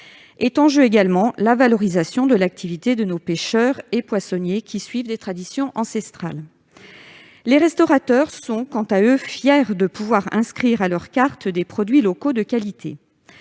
Est en jeu également la valorisation de l'activité de nos pêcheurs et poissonniers, qui suivent des traditions ancestrales. Les restaurateurs sont, quant à eux, fiers de pouvoir inscrire à leur carte des produits locaux de qualité.